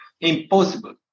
Impossible